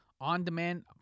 on-demand